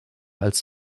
als